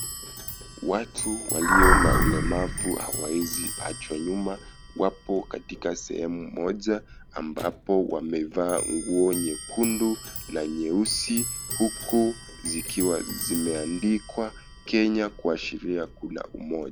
Watu waliona ulemavu hawaezi achwa nyuma wapo katika sehemu moja ambapo wamevaa nguo nyekundu na nyeusi huku zikiwa zimeandikwa Kenya kuashiria kuna umoja.